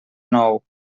nou